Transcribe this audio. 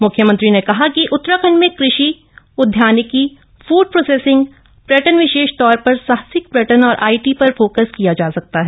म्ख्यमंत्री ने कह कि उत्तराखंड में कृषि उद्यानिकी फूड प्रोसेसिंग पर्यटन विशेष तौर पर साहसिक पर्यटन और आईटी पर फोकस किया जा सकता है